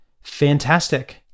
fantastic